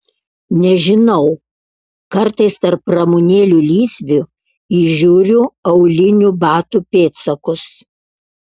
nežinau kartais tarp ramunėlių lysvių įžiūriu aulinių batų pėdsakus